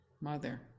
mother